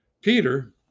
Peter